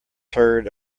heard